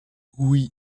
oui